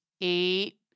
eight